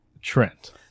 trent